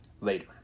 later